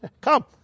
come